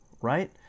right